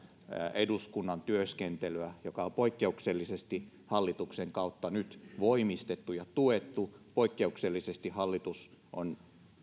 eduskunnan työskentelyä on poikkeuksellisesti hallituksen kautta nyt voimistettu ja tuettu poikkeuksellisesti hallitus on